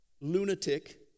lunatic